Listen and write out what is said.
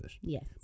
Yes